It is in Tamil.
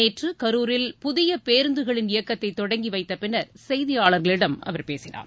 நேற்று கரூரில் புதிய பேருந்துகளின் இயக்கத்தை தொடங்கி வைத்தப்பின்னர் செய்தியாளர்களிடம் அவர் பேசினார்